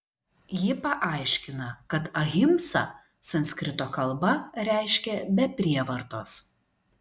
ji paaiškina kad ahimsa sanskrito kalba reiškia be prievartos